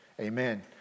Amen